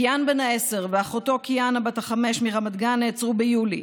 קיאן בן העשר ואחותו קיאנה בת החמש מרמת גן נעצרו ביולי,